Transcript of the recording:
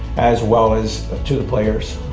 as well as to the players.